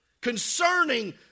concerning